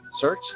Search